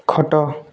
ଖଟ